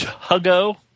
Hugo